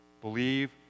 Believe